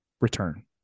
return